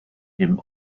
him